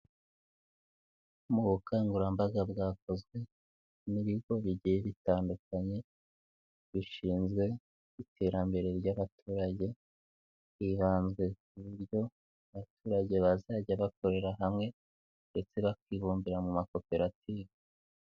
Mu bukangurambaga bwakozwe n'ibigo bigiye bitandukanye bishinzwe iterambere ry'abaturage, hibanzwe ku buryo abaturage bazajya bakorera hamwe ndetse bakibumbira mu makoperative.